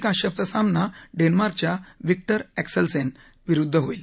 काश्यपचा सामना डेन्मार्कच्या Victor Axelsen विरुद्ध होईल